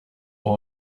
ohr